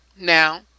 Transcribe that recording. now